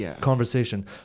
conversation